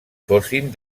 fossin